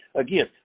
again